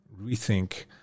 rethink